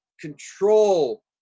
control